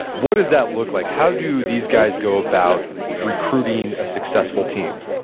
what does that look like? how do these guys go about recruiting a successful team?